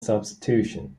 substitution